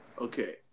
Okay